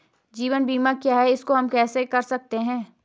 जीवन बीमा क्या है इसको हम कैसे कर सकते हैं?